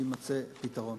שיימצא פתרון.